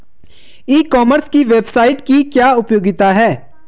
ई commerce की website की क्या उपयोगिता है?